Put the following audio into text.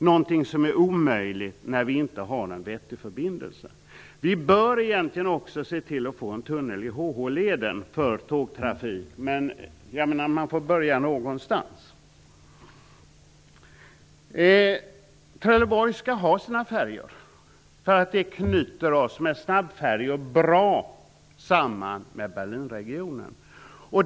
Det är något som är omöjligt om vi inte har en vettig förbindelse. Vi bör egentligen också se till att få en tunnel i H-H-leden för tågtrafik, men man måste börja någonstans. Trelleborg skall ha sina färjor. Med snabbfärjor knyts vi samman med Berlinregionen på ett bra sätt.